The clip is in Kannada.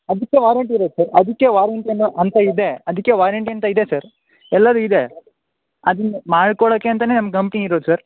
ಅದಕ್ಕೆ ವಾರಂಟಿ ಇದೆ ಸರ್ ಅದಕ್ಕೆ ವಾರಂಟಿ ಅಂತ ಅಂತ ಇದೆ ಅದಕ್ಕೆ ವಾರಂಟಿ ಅಂತ ಇದೆ ಸರ್ ಎಲ್ಲದು ಇದೆ ಅದನ್ನ ಮಾಡ್ಕೋಡಕ್ಕೆ ಅಂತನೇ ನಮ್ಮ ಕಂಪ್ನಿ ಇರೋದು ಸರ್